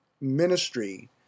ministry